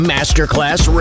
Masterclass